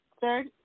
third